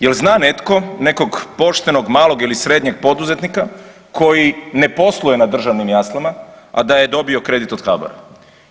Jel zna netko nekog poštenog malog ili srednjeg poduzetnika koji ne posluje na državnim jaslama, a da je dobio kredit od HBOR-a?